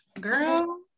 girl